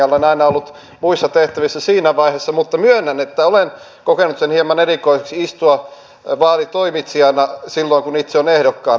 olen aina ollut muissa tehtävissä siinä vaiheessa mutta myönnän että olen kokenut hieman erikoiseksi istua vaalitoimitsijana silloin kun itse on ehdokkaana